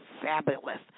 fabulous